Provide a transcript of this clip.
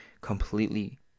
completely